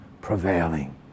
prevailing